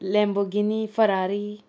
Lamborghini Ferrari